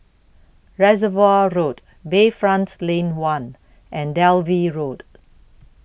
Reservoir Road Bayfront Lane one and Dalvey Road